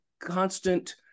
constant